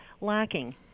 lacking